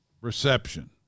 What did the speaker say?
reception